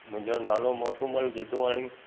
मुंहिंजो नालो मोटूमल गिदवाणी